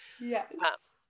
Yes